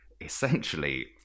essentially